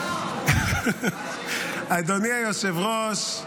אדוני היושב-ראש,